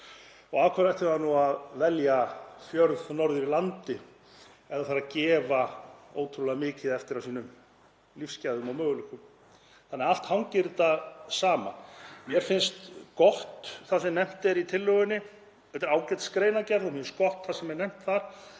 Af hverju ætti það nú að velja fjörð norður í landi ef það þarf að gefa ótrúlega mikið eftir af sínum lífsgæðum og möguleikum? Allt hangir þetta saman. Mér finnst gott það sem nefnt er í tillögunni, þetta er ágætisgreinargerð og mér finnst gott það sem er nefnt þar,